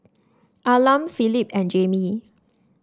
Arlan Philip and Jammie